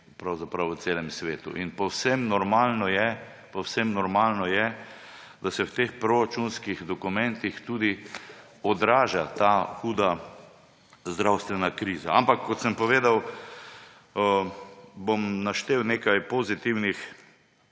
pravzaprav v celem svetu. In povsem normalno je, da se v teh proračunskih dokumentih odraža ta huda zdravstvena kriza. Ampak kot sem povedal, bom naštel nekaj pozitivnih